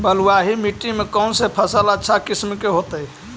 बलुआही मिट्टी में कौन से फसल अच्छा किस्म के होतै?